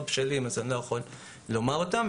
בשלים ולכן אני לא רוצה לדבר עליהם.